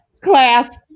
Class